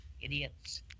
idiots